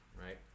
right